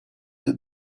that